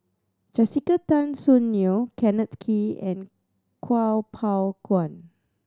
Jessica Tan Soon Neo Kenneth Kee and Kuo Pao Kun